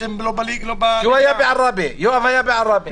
יואב היה בערבה.